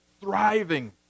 thriving